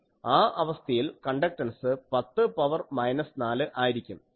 1 ആണെങ്കിൽ ആ അവസ്ഥയിൽ കണ്ടക്ടൻസ് 10 പവർ മൈനസ് 4 ആയിരിക്കും